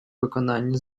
виконанні